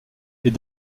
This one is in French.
est